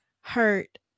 hurt